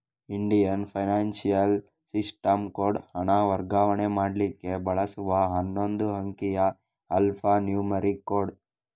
Indian financial system code ಹಣ ವರ್ಗಾವಣೆ ಮಾಡ್ಲಿಕ್ಕೆ ಬಳಸುವ ಹನ್ನೊಂದು ಅಂಕಿಯ ಆಲ್ಫಾ ನ್ಯೂಮರಿಕ್ ಕೋಡ್